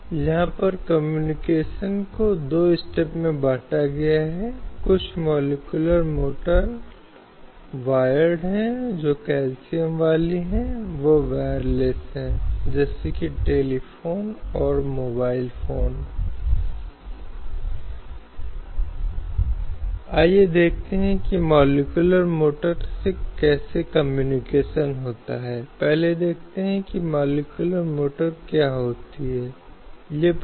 अब महिलाओं के संबंध में एक विशिष्ट मौलिक कर्तव्य है जो 51 एई में शामिल किया गया है जो महिलाओं से संबंधित है और यह कहता है कि यह भारत के प्रत्येक नागरिक का कर्तव्य होगा कि वह महिलाओं की गरिमा के लिए अपमानजनक प्रथाओं का त्याग करे